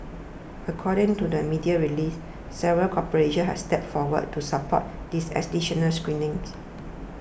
according to the media release several corporations have stepped forward to support these additional screenings